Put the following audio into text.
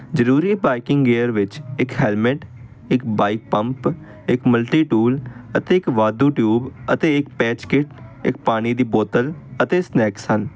ਜ਼ਰੂਰੀ biking air ਵਿੱਚ ਇੱਕ ਹੈਲਮਟ ਇੱਕ ਬਾਈਕ ਪੰਪ ਇੱਕ ਮਲਟੀ ਟੂਲ ਅਤੇ ਇੱਕ ਵਾਧੂ ਟਿਊਬ ਅਤੇ ਇੱਕ ਪੈਚਕਿਟ ਇੱਕ ਪਾਣੀ ਦੀ ਬੋਤਲ ਅਤੇ ਸਨੈਕਸ ਹਨ